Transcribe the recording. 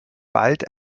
bald